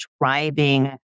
driving